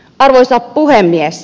arvoisa puhemies